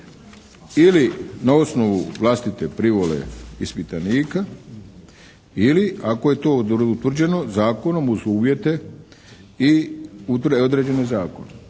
ili na osnovu vlastite privole ispitanika ili ako je to utvrđeno zakonom uz uvjete i određene zakonom.